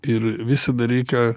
ir visada reikia